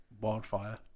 wildfire